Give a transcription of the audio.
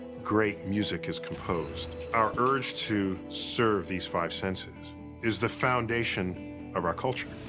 great music is composed. our urge to serve these five senses is the foundation of our culture.